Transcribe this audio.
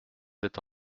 êtes